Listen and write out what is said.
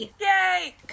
Yay